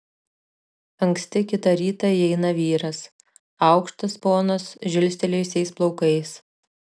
anksti kitą rytą įeina vyras aukštas ponas žilstelėjusiais plaukais